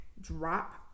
drop